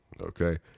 okay